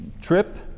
trip